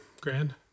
Grand